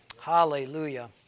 Hallelujah